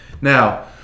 Now